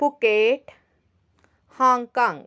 Phuket Hong Kong